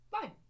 Fine